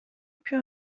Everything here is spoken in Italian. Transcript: più